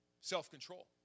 self-control